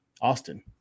Austin